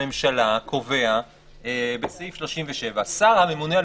הממשלה קובע בסעיף 37: "שר הממונה על